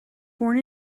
born